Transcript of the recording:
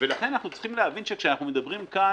ולכן אנחנו צריכים להבין שכשאנחנו מדברים כאן